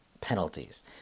penalties